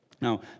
Now